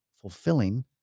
fulfilling